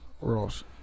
Ross